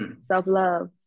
self-love